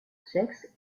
sex